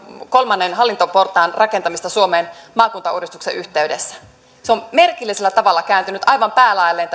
kolmannen hallintoportaan rakentamista suomeen maakuntauudistuksen yhteydessä tämä peruspalveluitten uudistus on merkillisellä tavalla kääntynyt aivan päälaelleen